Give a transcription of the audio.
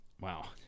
Wow